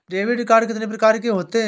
Debit card कितनी प्रकार के होते हैं?